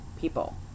people